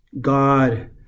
God